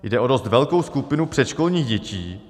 Jde o dost velkou skupinu předškolních dětí.